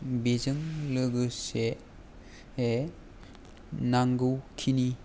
बेजों लोगोसे बे नांगौखिनि